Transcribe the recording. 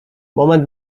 moment